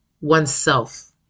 oneself